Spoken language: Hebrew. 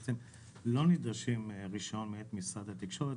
בעצם לא נדרשים לרישיון מאת משרד התקשורת,